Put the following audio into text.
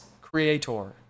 creator